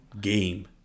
game